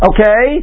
Okay